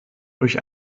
durch